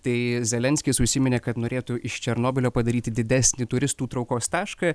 tai zelenskis užsiminė kad norėtų iš černobylio padaryti didesnį turistų traukos tašką